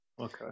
okay